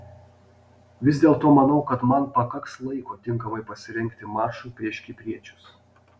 vis dėlto manau kad man pakaks laiko tinkamai pasirengti mačui prieš kipriečius